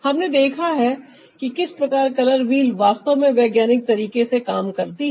हमने देखा है कि किस प्रकार कलर व्हील वास्तव में वैज्ञानिक तरीके से काम करती है